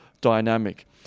dynamic